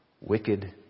wicked